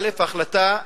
א.